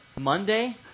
Monday